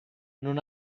non